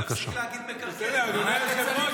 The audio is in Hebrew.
מי שמך בכלל לדבר בשם המזרחים?